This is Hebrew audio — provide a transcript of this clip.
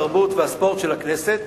התרבות והספורט של הכנסת,